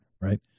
Right